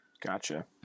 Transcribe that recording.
gotcha